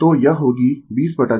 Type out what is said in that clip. तो यह होगी 204 6